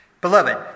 Beloved